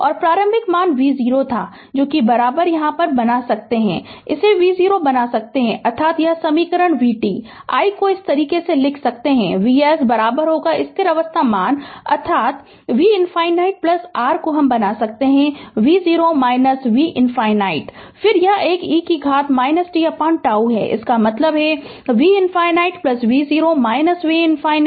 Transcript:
और प्रारंभिक मान v0 था i बना सकता है इसे v0 बना सकता है अर्थात यह समीकरण vt i को इस तरह लिख सकते है Vs स्थिर अवस्था मान अर्थात V ∞ i बना सकते है v0 V ∞ बना सकता है फिर यह एक e कि घात tτ इसका मतलब है कि V ∞ v0 v ∞ e कि पावर tτ होगा